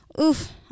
oof